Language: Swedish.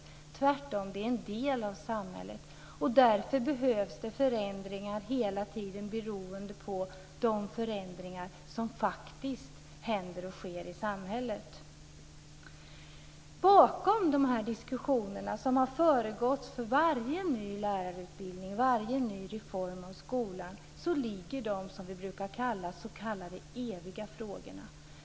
Den är tvärtom en del av samhället. Därför behövs det förändringar hela tiden beroende på de förändringar som händer och sker i samhället. Bakom de här diskussionerna som har föregått varje ny lärarutbildning och varje ny reform av skolan ligger de s.k. eviga frågorna.